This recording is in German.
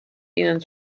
ihnen